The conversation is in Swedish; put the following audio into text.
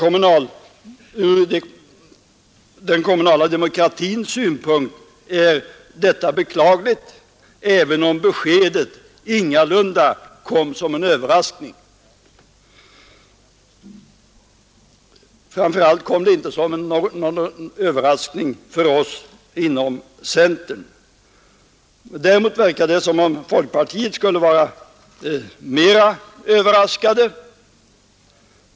Från den kommunala demokratins synpunkt är detta beklagligt, även om beskedet ingalunda kom som en överraskning. Framför allt kom det inte som någon överraskning för oss inom centern. Däremot verkar det som om man inom folkpartiet skulle vara mera överraskad.